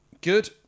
Good